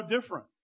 different